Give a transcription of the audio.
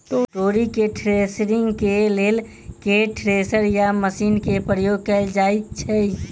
तोरी केँ थ्रेसरिंग केँ लेल केँ थ्रेसर या मशीन केँ प्रयोग कैल जाएँ छैय?